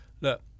Look